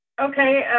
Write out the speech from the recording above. Okay